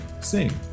sing